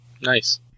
Nice